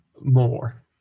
more